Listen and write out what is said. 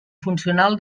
funcional